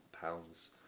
pounds